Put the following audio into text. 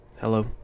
Hello